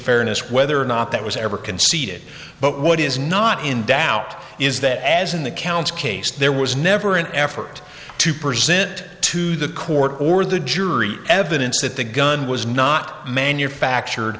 fairness whether or not that was ever conceded but what is not in doubt is that as in the count's case there was never an effort to present to the court or the jury evidence that the gun was not manufactured